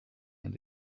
and